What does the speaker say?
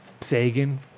Sagan